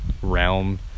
realm